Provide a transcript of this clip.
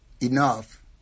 enough